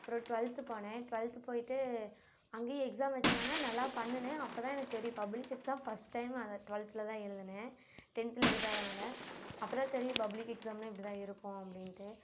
அப்பறம் டுவெல்த்து போனேன் டுவெல்த்து போய்ட்டு அங்கேயும் எக்ஸாம் வச்சாங்க நல்லா பண்ணுனேன் அப்போ தான் எனக்கு தெரியும் பப்ளிக் எக்ஸாம் ஃபஸ்ட் டைம் அந்த டுவெல்த்தில் தான் எழுதினேன் டென்த்தில் எழுதாததனால அப்போ தான் தெரியும் பப்ளிக் எக்ஸாம்னால் இப்படி தான் இருக்கும் அப்படின்ட்டு